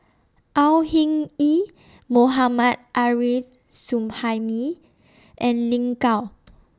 Au Hing Yee Mohammad Arif Suhaimi and Lin Gao